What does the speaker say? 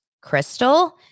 Crystal